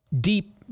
deep